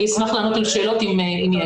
אני אשמח לענות על שאלות אם יש.